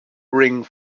ring